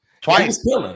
twice